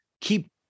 keep